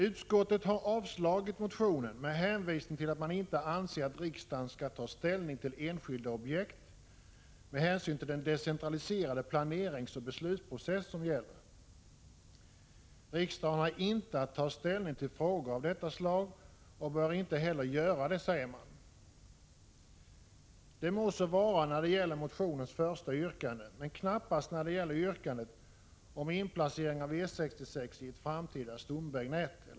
Utskottet har avstyrkt motionen med hänvisning till att man inte anser att riksdagen skall ta ställning till enskilda objekt med hänsyn till den decentraliserade planeringsoch beslutsprocess som gäller. Riksdagen har inte att ta ställning till frågor av detta slag och bör inte heller göra det, säger utskottet. Det må så vara när det gäller motionens första yrkande, men knappast när det gäller yrkandet om inplaceringen av E 66 i ett framtida stamvägnät.